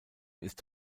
ist